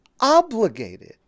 obligated